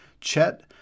Chet